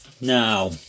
Now